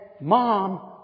mom